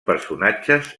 personatges